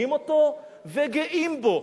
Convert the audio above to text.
אנחנו שרים אותו וגאים בו.